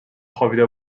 خوابیده